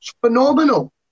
phenomenal